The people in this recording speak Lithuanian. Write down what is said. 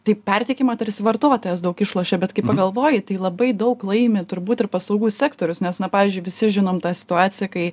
taip perteikimą tarsi vartotojas daug išlošia bet kai pagalvoji tai labai daug laimi turbūt ir paslaugų sektorius nes na pavyzdžiui visi žinom tą situaciją kai